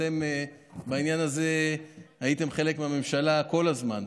אתם בעניין הזה הייתם חלק מהממשלה כל הזמן.